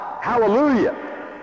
Hallelujah